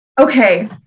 Okay